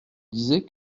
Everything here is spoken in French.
disais